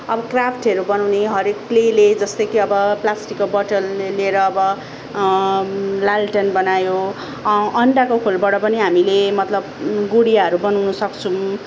अब क्राफ्टहरू बनाउने हरेक क्लेले जस्तै कि अब प्लास्टिकको बटल लिएर अब लालटेन बनायो अन्डाको खोलबाट पनि हामीले मतलब गुडियाहरू बनाउन सक्छौँ